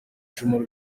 icumu